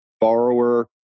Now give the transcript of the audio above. borrower